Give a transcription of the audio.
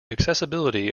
accessibility